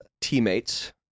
teammates